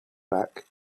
back